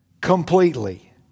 completely